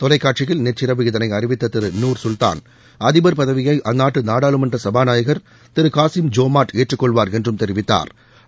தொலைக்காட்சியில் நேற்றிரவு இதை அறிவித்த திரு நூர் குல்தான் அதிபர் பதவியை அந்நாட்டு நாடாளுமன்ற சுபாநாயகர் திரு காசிம் ஜோமார்ட் ஏற்றுக்கொள்வார் என்றும் தெரிவித்தாா்